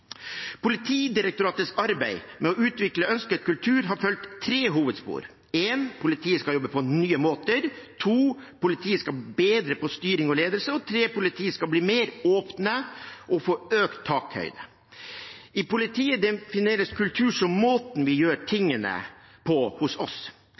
Politidirektoratets arbeid med å utvikle ønsket kultur har fulgt tre hovedspor: Politiet skal jobbe på nye måter. Politiet skal bli bedre på styring og ledelse. Politiet skal bli mer åpne og få økt takhøyde. I politiet defineres kultur som «måten vi gjør